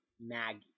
Maggie